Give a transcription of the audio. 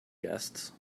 guests